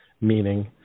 meaning